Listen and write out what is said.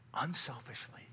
unselfishly